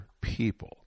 people